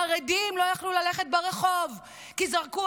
חרדים לא יכלו ללכת ברחוב כי זרקו